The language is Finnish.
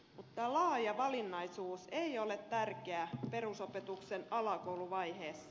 mutta laaja valinnaisuus ei ole tärkeää perusopetuksen alakouluvaiheessa